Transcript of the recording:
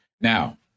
Now